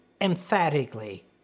emphatically